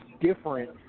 different